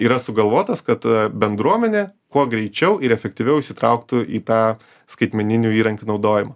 yra sugalvotas kad bendruomenė kuo greičiau ir efektyviau įsitrauktų į tą skaitmeninių įrankių naudojimą